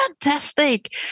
fantastic